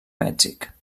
mèxic